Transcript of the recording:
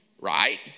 Right